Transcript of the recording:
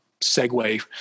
segue